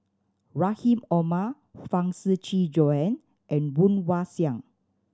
Rahim Omar Huang Shiqi Joan and Woon Wah Siang